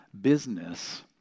business